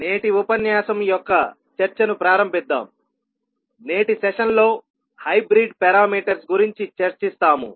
నేటి ఉపన్యాసం యొక్క చర్చను ప్రారంభిద్దాం నేటి సెషన్లో హైబ్రిడ్ పారామీటర్స్ గురించి చర్చిస్తాము